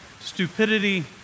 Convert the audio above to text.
Stupidity